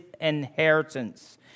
inheritance